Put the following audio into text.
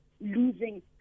losing